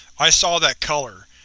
i saw that color.